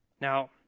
Now